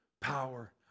power